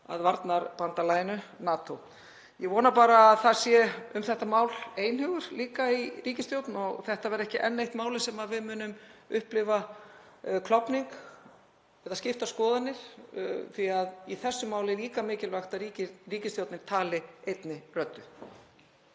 að varnarbandalaginu NATO. Ég vona bara að það sé líka einhugur um þetta mál í ríkisstjórn, og þetta verði ekki enn eitt málið sem við munum upplifa klofning í eða skiptar skoðanir því að í þessu máli er líka mikilvægt að ríkisstjórnin tali einni röddu.